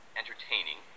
entertaining